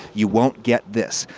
you won't get this.